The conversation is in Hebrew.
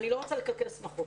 אני לא רוצה לקלקל שמחות